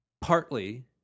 partly